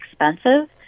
expensive